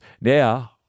now